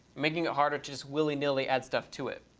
making it harder just willy nilly add stuff to it.